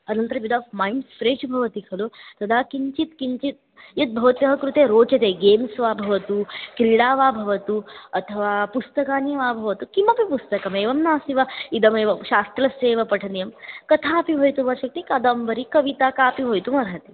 अनन्तरं यदा mind fresh भवति खलु तदा किञ्चित् किञ्चित् यत् भवत्याः कृते रोचते गेम्स् वा भवतु क्रीडा वा भवतु अथवा पुस्तकानि वा भवतु किमपि पुस्तकमेवं नास्ति वा इदमेव शास्त्रस्य एव पठनीयं कथापि भवितुमर्हति कादम्बरी कविता कापि भवितुमर्हति